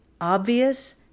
obvious